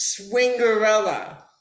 Swingerella